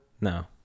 No